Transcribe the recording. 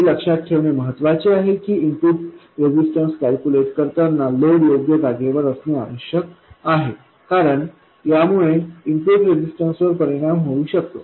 हे लक्षात ठेवणे महत्वाचे आहे की इनपुट रेजिस्टन्स कॅल्क्युलेट करताना लोड योग्य जागेवर असणे आवश्यक आहे कारण यामुळे इनपुट रेजिस्टन्सवर परिणाम होऊ शकतो